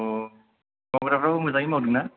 मावग्राफ्राबो मोजाङै मावदोंना